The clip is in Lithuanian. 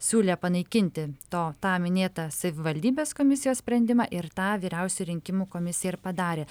siūlė panaikinti to tą minėtą savivaldybės komisijos sprendimą ir tą vyriausioji rinkimų komisija ir padarė